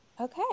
okay